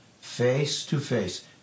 face-to-face